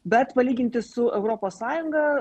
bet palyginti su europos sąjungą